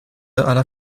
alla